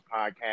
Podcast